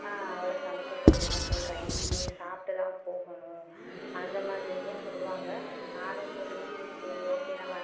அவளை சமைக்க சொல்லுங்க சொல்கிறேன் நீங்கள் சாப்பிட்டு தான் போகணும் அந்த மாதிரியும் சொல்வாங்க நானும் போய் சரி ஓகே நம்ம